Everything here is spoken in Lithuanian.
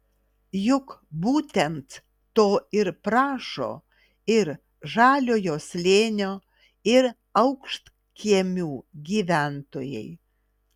juk būtent to ir prašo ir žaliojo slėnio ir aukštkiemių gyventojai